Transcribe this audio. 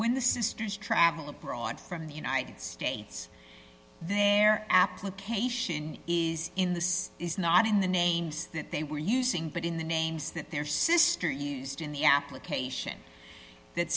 when the sisters travel abroad from the united states their application in this is not in the names that they were using but in the names that their sister used in the application that